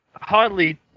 hardly